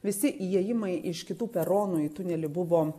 visi įėjimai iš kitų peronų į tunelį buvo